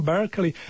Berkeley